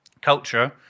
Culture